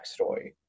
backstory